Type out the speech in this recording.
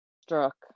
struck